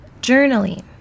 journaling